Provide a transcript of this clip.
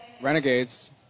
Renegades